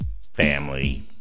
family